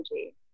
energy